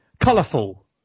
colourful